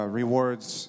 rewards